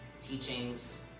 teachings